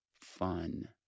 fun